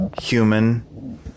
human